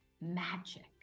Magic